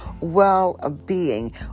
well-being